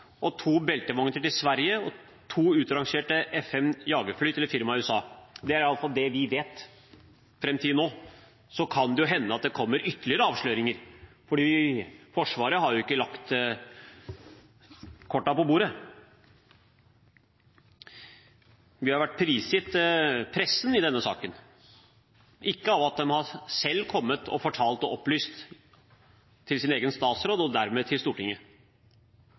Sudan, to beltevogner til Sverige og to utrangerte F-5 jagerfly til et firma i USA. Dette er iallfall det vi vet fram til nå. Så kan det hende at det kommer ytterligere avsløringer, fordi Forsvaret har jo ikke lagt kortene på bordet. Vi har vært prisgitt pressen i denne saken, ikke at de selv har kommet og opplyst dette til sin egen statsråd og dermed til Stortinget.